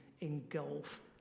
engulf